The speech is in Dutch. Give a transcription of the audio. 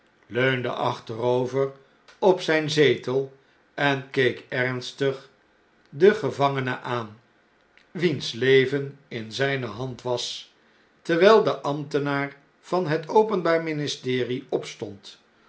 leunde achterover op zijn zetel en keek ernstig den gevangene aan wiens leven in zjjne hand was terwjjl de ambtenaar van het openbaar ministerie opstond